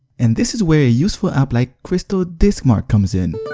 and this is where a useful app like crystaldiskmark comes in.